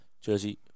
Jersey